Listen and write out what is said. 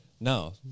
No